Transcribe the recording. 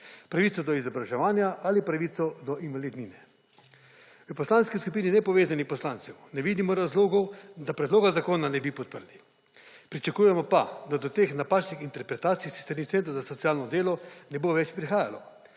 pravico do izobraževanja ali pravico do invalidnine. V Poslanski skupini nepovezanih poslancev ne vidimo razlogov, da predloga zakona ne bi podprli. Pričakujemo pa, da do teh napačnih interpretacij s strani centra za socialno delo ne bo več prihajalo,